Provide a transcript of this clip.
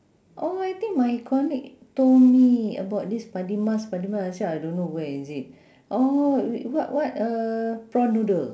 oh I think my colleague told me about this padi emas padi emas I said I don't know where is it oh what what uh prawn noodle